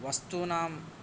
वस्तूनाम्